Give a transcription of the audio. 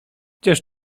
gdzież